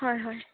হয় হয়